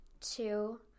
two